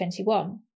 2021